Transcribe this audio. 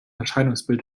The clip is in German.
erscheinungsbild